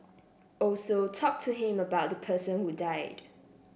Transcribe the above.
also talk to him about the person who died